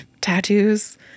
tattoos